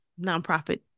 nonprofit